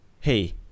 hey